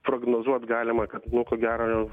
prognozuot galima kad nu ko gero jau